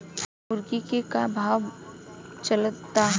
मुर्गा के का भाव चलता?